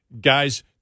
guys